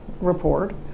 report